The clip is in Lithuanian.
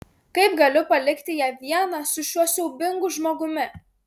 kaip galiu palikti ją vieną su šiuo siaubingu žmogumi